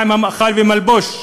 מה עם המאכל והמלבוש?